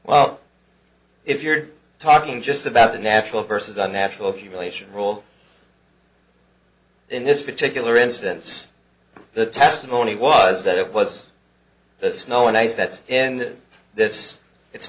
well if you're talking just about the natural versus the natural cumulation rule in this particular instance the testimony was that it was the snow and ice that's and this it's